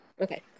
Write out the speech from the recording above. Okay